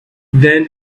then